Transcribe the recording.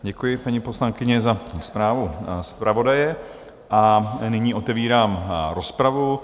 Děkuji, paní poslankyně, za zprávu zpravodaje, a nyní otevírám rozpravu.